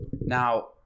Now